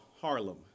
Harlem